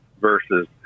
versus